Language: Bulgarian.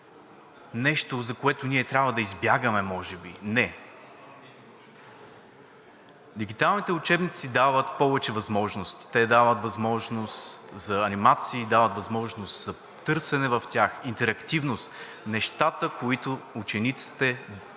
нещо, което ние трябва да избягваме може би?! Не! Дигиталните учебници дават повече възможности. Те дават възможност за анимации, дават възможност за търсене в тях, интерактивност, нещата, които учениците